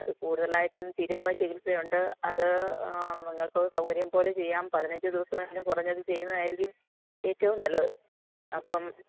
അത് കൂടുതലായിട്ടും തിരുമ്മൽ ചികിത്സയുണ്ട് അത് നിങ്ങൾക്ക് സൗകര്യം പോലെ ചെയ്യാം പതിനഞ്ച് ദിവസമെങ്കിലും കുറഞ്ഞത് ചെയ്യുന്നതായിരിക്കും ഏറ്റവും നല്ലത് അപ്പം